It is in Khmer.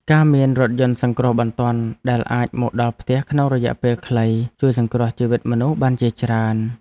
ការមានរថយន្តសង្គ្រោះបន្ទាន់ដែលអាចមកដល់ផ្ទះក្នុងរយៈពេលខ្លីជួយសង្គ្រោះជីវិតមនុស្សបានជាច្រើន។